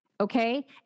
okay